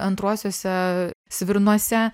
antruosiuose svirnuose